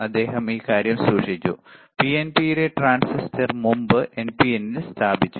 അദ്ദേഹം ഈ കാര്യം സൂക്ഷിച്ചു പിഎൻപിയിലെ ട്രാൻസിസ്റ്റർ മുമ്പ് എൻപിഎനിൽ സ്ഥാപിച്ചു